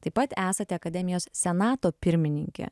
taip pat esate akademijos senato pirmininkė